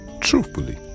truthfully